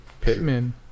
Pittman